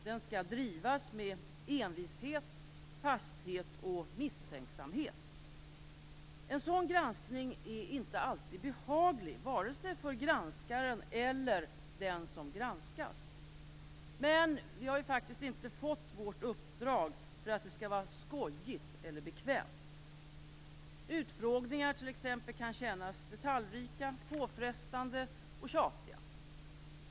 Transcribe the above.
Den skall drivas med envishet, fasthet och misstänksamhet. En sådan granskning är inte alltid behaglig, vare sig för granskaren eller för den som granskas. Men vi har ju faktiskt inte fått vårt uppdrag för att det skall vara skojigt eller bekvämt. Utfrågningar, t.ex., kan kännas detaljrika, påfrestande och tjatiga.